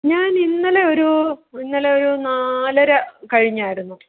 ഞാൻ ഇന്നലെയൊരു ഇന്നലെയൊരു നാലര കഴിഞ്ഞായിരുന്നു